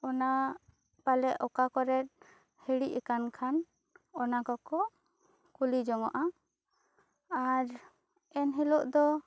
ᱚᱱᱟ ᱯᱟᱞᱮ ᱚᱠᱟ ᱠᱚᱨᱟ ᱦᱤᱲᱤᱡ ᱠᱟᱱ ᱠᱷᱟᱱ ᱚᱱᱟ ᱠᱚ ᱠᱚ ᱠᱩᱞᱤ ᱡᱚᱝᱚᱜᱼᱟ ᱟᱨ ᱮᱱᱦᱤᱞᱳᱜ ᱫᱚ